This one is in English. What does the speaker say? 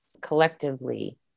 collectively